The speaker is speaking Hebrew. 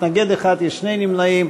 מתנגד אחד ושני נמנעים.